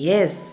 Yes